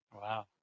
Wow